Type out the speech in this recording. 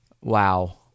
wow